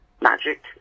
magic